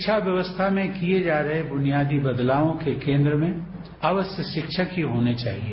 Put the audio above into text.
शिक्षा व्यवस्था में किए जा रहे बुनियादी बलदावों के केंद्र में अवश्य शिक्षक ही होने चाहिए